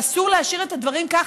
ואסור להשאיר את הדברים כך.